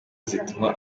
zituma